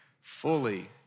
fully